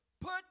put